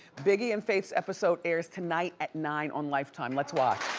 biggie and faith's episode airs tonight at nine on lifetime, let's watch.